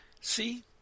See